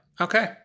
okay